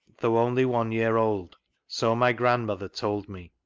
though only one year old so my grandmother told me.